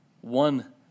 one